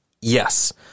Yes